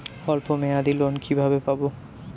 অল্প মেয়াদি লোন কিভাবে পাব?